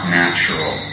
natural